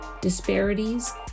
disparities